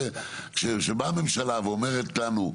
כשבאה הממשלה ואומרת לנו,